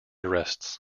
arrests